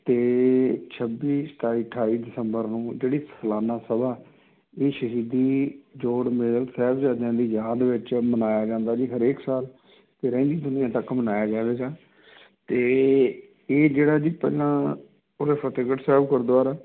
ਅਤੇ ਛੱਬੀ ਸਤਾਈ ਅਠਾਈ ਦਸੰਬਰ ਨੂੰ ਜਿਹੜੀ ਸਲਾਨਾ ਸਭਾ ਇਹ ਸ਼ਹੀਦੀ ਜੋੜ ਮੇਲ ਸਾਹਿਬਜ਼ਾਦਿਆਂ ਦੀ ਯਾਦ ਵਿੱਚ ਮਨਾਇਆ ਜਾਂਦਾ ਜੀ ਹਰੇਕ ਸਾਲ ਅਤੇ ਰਹਿੰਦੀ ਦੁਨੀਆਂ ਤੱਕ ਮਨਾਇਆ ਜਾਵੇਗਾ ਅਤੇ ਇਹ ਇਹ ਜਿਹੜਾ ਜੀ ਪਹਿਲਾਂ ਉਰੇ ਫਤਿਹਗੜ੍ਹ ਸਾਹਿਬ ਗੁਰਦੁਆਰਾ